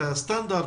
את הסטנדרט,